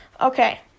Okay